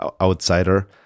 outsider